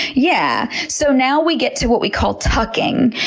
yeah so now we get to what we call tucking.